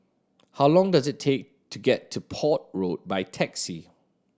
how long does it take to get to Port Road by taxi